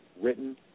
written